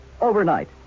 overnight